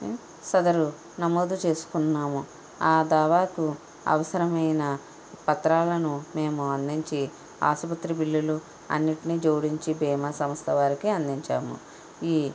సదరు నమోదు చేసుకున్నాము ఆ దావాకు అవసరమైన పత్రాలను మేము అందించి ఆసుపత్రి బిల్లులు అన్నింటిని జోడించి బీమా సంస్థ వారికి అందించాము ఈ